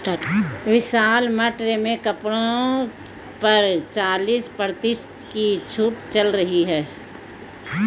विशाल mart में कपड़ों पर चालीस प्रतिशत की छूट चल रही है